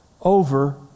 over